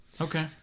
okay